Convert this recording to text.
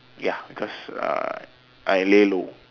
ya because I I lay low